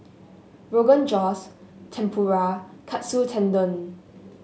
Rogan Josh Tempura and Katsu Tendon